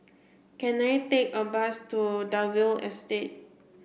can I take a bus to Dalvey Estate